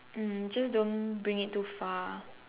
mm just don't bring it too far